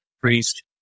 priest